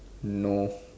no